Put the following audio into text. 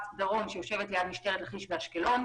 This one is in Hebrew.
דרום שיושבת ליד משטרת לכיש באשקלון.